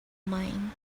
mine